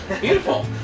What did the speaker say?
Beautiful